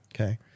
Okay